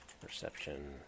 Perception